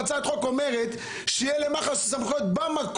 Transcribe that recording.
אני אביא הצעת חוק שהצעת החוק אומרת שיהיו למח"ש סמכויות להשעות